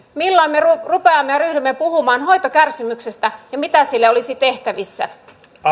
milloin me rupeamme ja ryhdymme puhumaan hoitokärsimyksestä ja mitä sille olisi tehtävissä